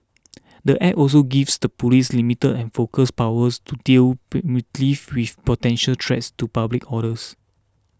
Square Peg also gives the police limited and focused powers to deal preemptively with potential threats to public orders